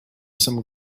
some